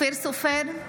אופיר סופר,